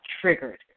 triggered